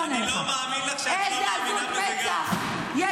את יודעת מה מצחיק